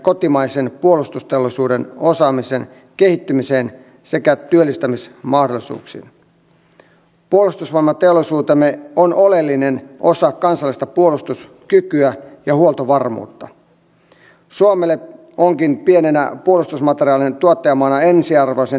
haluan kiittää häntä myös siitä nopeasta toiminnasta ja koko sisäministeriön hallinnonalaa miten esimerkiksi torniossa järjestelykeskus saatiin hyvin nopeasti kuitenkin toimintakykyiseksi